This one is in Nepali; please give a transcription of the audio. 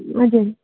हजुर